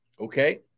Okay